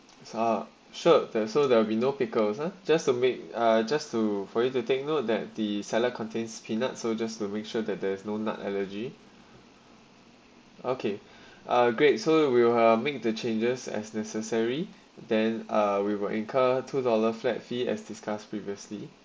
ah sure there so there will be no pickles are just to make uh just to for you to take note that the seller contains peanut soldiers to make sure that there is no nut allergy okay uh great so we will uh make the changes as necessary then uh we will incur two dollar flat fee as discussed previously